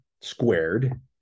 squared